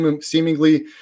seemingly